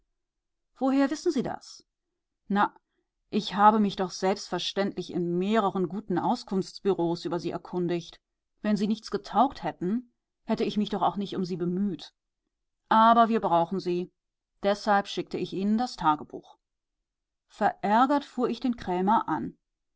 woher wissen sie das na ich habe mich doch selbstverständlich in mehreren guten auskunftsbüros über sie erkundigt wenn sie nichts getaugt hätten hätte ich mich doch auch nicht um sie bemüht aber wir brauchen sie deshalb schickte ich ihnen das tagebuch verärgert fuhr ich den krämer an